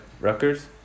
Rutgers